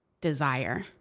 desire